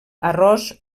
arròs